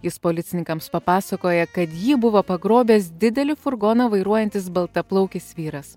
jis policininkams papasakoja kad ji buvo pagrobęs didelį furgoną vairuojantis baltaplaukis vyras